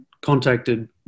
contacted